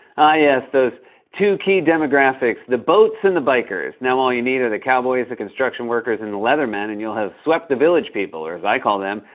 ah, yes, those two key demographics, the boats and the bikers. now, all you need are the cowboys, the construction workers, and the leather men, and you'll have swept the village people, or, as i call them,